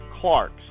Clark's